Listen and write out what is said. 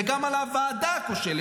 זה גם על הוועדה הכושלת,